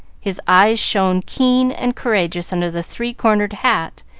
his eyes shone keen and courageous under the three-cornered hat,